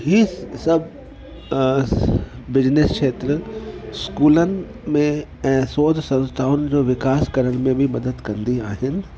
हीअ सभु अ बिजनेस खेत्र इस्कूलनि में ऐं शोध संस्थाउनि जो विकास करण में बि मदद कंदी आहिनि